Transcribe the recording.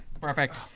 perfect